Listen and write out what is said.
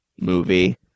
movie